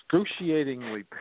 excruciatingly